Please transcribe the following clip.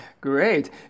Great